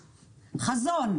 חזון.